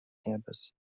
campus